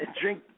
drink